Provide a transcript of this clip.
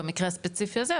במקרה הספציפי הזה,